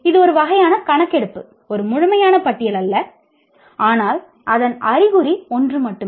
இது ஒரு வகையான கணக்கெடுப்பு ஒரு முழுமையான பட்டியல் அல்ல ஆனால் அதன் அறிகுறி ஒன்று மட்டுமே